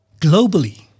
globally